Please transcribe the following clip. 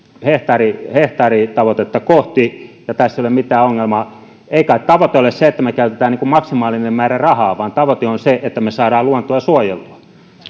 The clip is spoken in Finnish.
hehtaaritavoitetta kohti ja tässä ei ole mitään ongelmaa ei kai tavoite ole se että me käytämme maksimaalisen määrän rahaa vaan tavoite on se että me saamme luontoa suojeltua